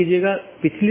एक है स्टब